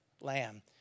lamb